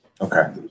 Okay